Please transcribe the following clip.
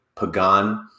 Pagan